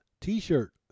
t-shirt